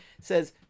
says